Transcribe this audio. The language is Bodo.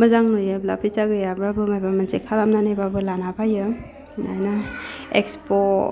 मोजां नुयोब्ला फैसा गैयाब्लाबो माबा मोनसे खालामनानैबाबो लाना फैयो ओंखायनो इक्सप'वाव